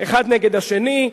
אחד נגד השני,